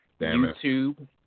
YouTube